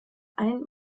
ein